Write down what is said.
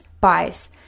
buys